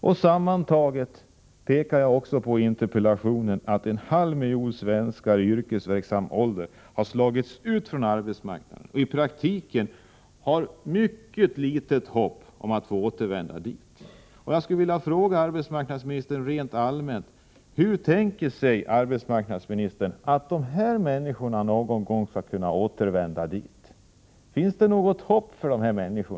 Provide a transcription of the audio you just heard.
I interpellationen pekar jag på att sammantaget en halv miljon svenskar i yrkesverksam ålder har slagits ut från arbetsmarknaden och att de i praktiken har mycket litet hopp om att få återvända dit. Jag skulle vilja fråga arbetsmarknadsministern rent allmänt: Hur tänker sig arbetsmarknadsministern att dessa människor någon gång skall kunna återvända till arbetsmarknaden? Finns det något hopp för dessa människor?